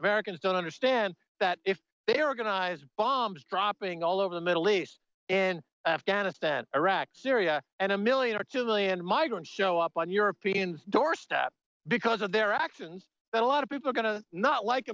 americans don't understand that if they were going to eyes bombs dropping all over the middle east and afghanistan iraq syria and a million or two million migrant show up on european doorstep because of their actions a lot of people are going to not like